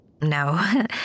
no